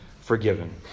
forgiven